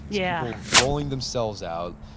yeah rolling themselves out.